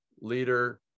Leader